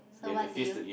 so what did you